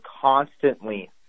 constantly